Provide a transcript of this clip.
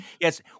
yes